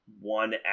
one